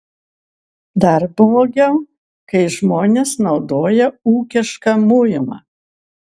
dar blogiau kai žmonės naudoja ūkišką muilą